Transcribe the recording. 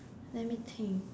let me think